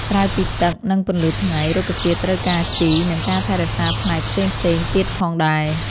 ក្រៅពីទឹក និងពន្លឺថ្ងៃ រុក្ខជាតិត្រូវការជី និងការថែរក្សាផ្នែកផ្សេងៗទៀតផងដែរ។